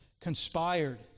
...conspired